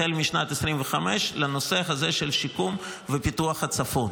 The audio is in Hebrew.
החל משנת 2025 לנושא הזה של שיקום ופיתוח הצפון.